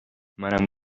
منم